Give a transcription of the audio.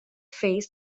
phase